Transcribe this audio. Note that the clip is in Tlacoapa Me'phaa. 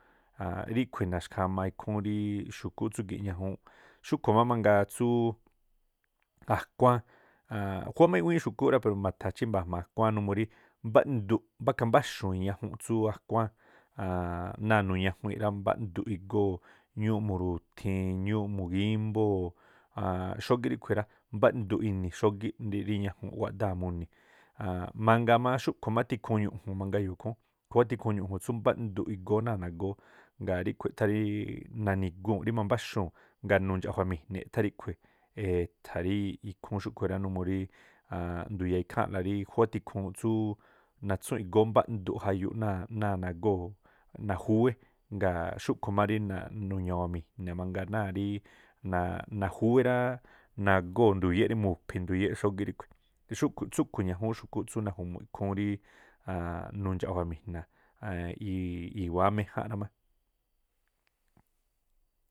A̱a̱nꞌ ríꞌkhui̱ naxkhama ikhúún rí xu̱kúꞌ tsúgi̱ꞌ ̱ñajuunꞌ, xúꞌkhu̱ má mangaa tsúú akhuáán a̱a̱nꞌ khúwá má i̱ꞌwíín xu̱kúꞌ rá pero ma̱tha̱ jma̱a chímba̱a̱ jma̱a akuáán numuu rí mbáꞌnduꞌ mbá khambáxuu̱n iñajunꞌ tsú akhuáán, náa̱ nuñajuinꞌ rá mbáꞌnduꞌ igóo̱, ñúúꞌ muru̱thiin, ñúúꞌ mugímbóo̱, xógíꞌ ríꞌkhui̱ rá mbáꞌnduꞌ ini̱ xógiꞌ ñajunꞌ rí wáꞌdáa̱ muni̱. Mangaa má xúꞌkhu̱ má tikhuun ñu̱ꞌju̱n e̱yo̱o̱ ikhúún khúwá tikhuun ñu̱ꞌju̱n tsú mbáꞌndu igóó náa̱ nagóó ngaa̱ ríꞌkhui̱ eꞌthá rí nani̱guu̱n rí mambáxuu̱n gaa̱ nundxa̱ꞌjua̱mi̱jni̱ eꞌthá ríꞌkhui̱, eeꞌtha̱ rí ikhúún xúꞌkhui̱ rá numuu rí ndu̱yaa̱ ikháa̱nꞌla rí khúwá tikhuun tsúú natsúu̱n igóó mbáꞌnduꞌ jayuuꞌ náa̱ náa̱ nagóo̱ náa̱ júwé. Ngaa̱ xúꞌkhu̱ má rí nuña̱wa̱mi̱jni̱ mangaa náa̱ rí najúwé ráá, nagóo̱ nduyéꞌ rí mu̱phi̱ nduyéꞌ xógíꞌ ríꞌkhui̱. Xúꞌkhu̱ tsúꞌkhui̱ ñajúún xu̱kúꞌ tsú naju̱mu̱ꞌ ikhúún rí nundxa̱ꞌjua̱ mi̱jna̱ i̱wáá méjánꞌ rá má.